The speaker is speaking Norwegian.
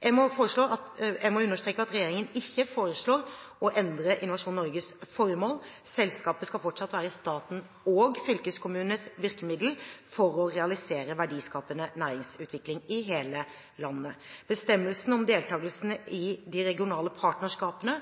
Jeg må understreke at regjeringen ikke foreslår å endre Innovasjon Norges formål. Selskapet skal fortsatt være statens og fylkeskommunenes virkemiddel for å realisere verdiskapende næringsutvikling i hele landet. Bestemmelsene om deltakelse i de regionale partnerskapene